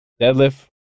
Deadlift